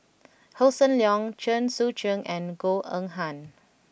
Hossan Leong Chen Sucheng and Goh Eng Han